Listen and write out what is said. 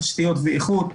תשתיות ואיכות,